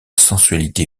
sensualité